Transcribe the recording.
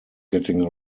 getting